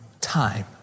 Time